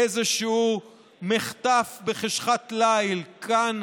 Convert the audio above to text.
באיזשהו מחטף, בחשכת ליל כאן